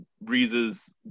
Breeze's